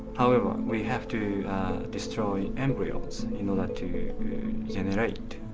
however, we have to destroy embryos in order to generate